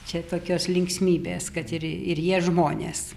čia tokios linksmybės kad ir ir jie žmonės